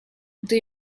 gdy